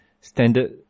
standard